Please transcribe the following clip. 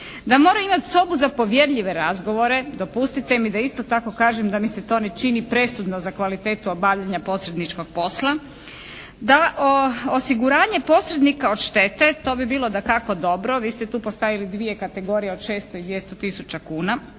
Da mora imati sobu za povjerljive razgovore. Dopustite mi da isto tako kažem da mi se to ne čini presudno za kvalitetu obavljanja posredničkog posla. Da osiguranje posrednika od štete, to bi bilo dakako dobro. Vi ste tu postavili dvije kategorije od 600 i